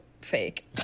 fake